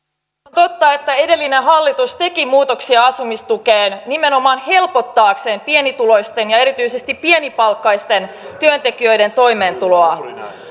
totta että edellinen hallitus teki muutoksia asumistukeen nimenomaan helpottaakseen pienituloisten ja erityisesti pienipalkkaisten työntekijöiden toimeentuloa